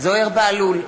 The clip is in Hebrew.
זוהיר בהלול,